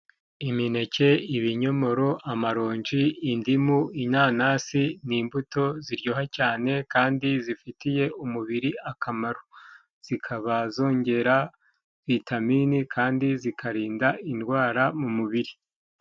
Imineke, ibinyomoro, amaronji, indimu, inanasi ni imbuto ziryoha cyane kandi zifitiye umubiri akamaro, zikaba zongera vitamini kandi zikarinda indwara mu mubiri.